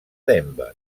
denver